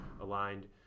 aligned